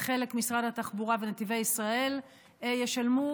וחלק משרד התחבורה ונתיבי ישראל ישלמו,